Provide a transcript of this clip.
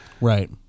Right